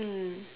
mm